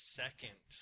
second